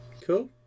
Cool